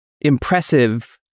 impressive